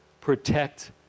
protect